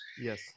Yes